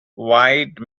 wide